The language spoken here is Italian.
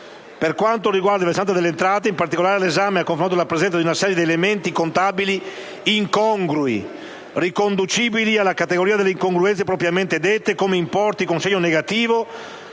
Per quanto concerne il versante delle entrate, in particolare, l'esame ha confermato la presenza di una serie di elementi contabili incongrui, riconducibili alla categoria delle incongruenze propriamente dette, come importi con segno negativo